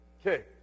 Okay